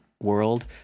world